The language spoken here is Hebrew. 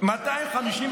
איפה זה פוגע במלחמה?